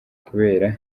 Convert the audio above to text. kubera